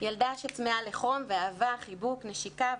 ילדה שצמאה לחום ואהבה, חיבוק, נשיקה.